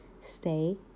stay